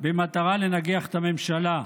במטרה לנגח את הממשלה.